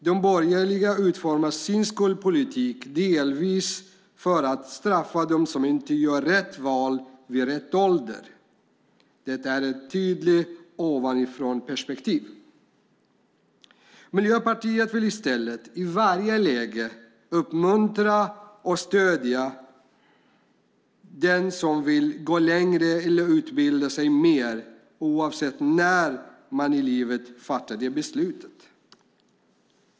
De borgerliga utformar sin skolpolitik delvis för att straffa dem som inte gör rätt val vid rätt ålder. Det är ett tydligt ovanifrånperspektiv. Miljöpartiet vill i stället i varje läge uppmuntra och stödja den som vill gå längre eller utbilda sig mer oavsett när man i livet fattar det beslutet.